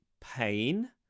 pain